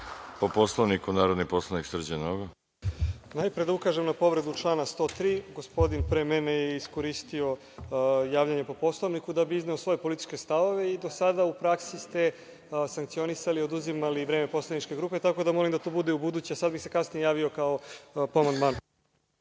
Po Poslovniku, narodni poslanik Srđan Nogo. **Srđan Nogo** Najpre da ukažem na povredu člana 103. Gospodin pre mene je iskoristio javljanje po Poslovniku da bi izneo svoje političke stavove i do sada u praksi ste sankcionisali, oduzimali vreme poslaničke grupe, tako da molim da to bude i ubuduće. A sada bih se kasnije javio po amandmanu.